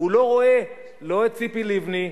הוא לא רואה, לא את ציפי לבני,